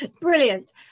Brilliant